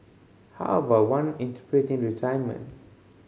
how about one interpreting retirement